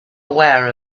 aware